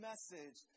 Message